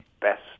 best